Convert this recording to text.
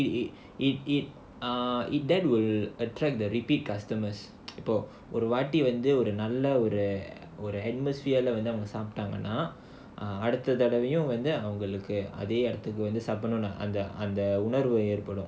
it makes it it it it uh it that will attract the repeat customers இப்போ ஒரு வாட்டி வந்து ஒரு நல்ல ஒரு ஒரு:ippo oruvaatti vandhu oru nalla oru oru atmosphere leh அவங்க சாப்டாங்கனா அடுத்த தடவையும் வந்து அவங்களுக்கு அதே இடத்துல சாப்பிடனும்னு ஒரு உணர்வு ஏற்படும்:avanga saapttaanganaa adutha thadavaiyum vandhu avangalukku adhe idathula saapdanumnu oru unarvu erpadum